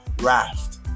raft